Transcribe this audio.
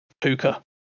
Puka